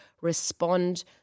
respond